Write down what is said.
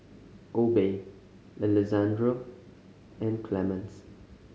Obe Alessandro and Clemence